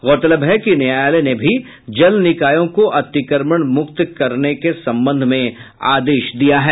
गौरतलब है कि न्यायालय ने भी जलनिकायों को अतिक्रमण से मुक्त कराने के संबंध में आदेश दिया है